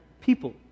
people